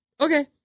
okay